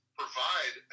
provide